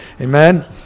Amen